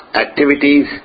activities